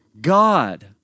God